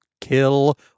Kill